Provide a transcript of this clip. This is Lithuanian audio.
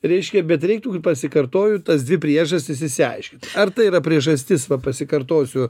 reiškia bet reiktų pasikartoju tas dvi priežastis išsiaiškint ar tai yra priežastis va pasikartosiu